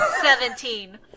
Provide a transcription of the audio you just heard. Seventeen